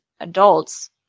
adults